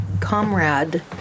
comrade